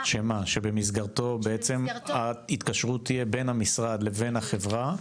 --- שבמסגרתו ההתקשרות תהיה בין במשרד לבין החברה?